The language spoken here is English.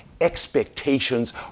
Expectations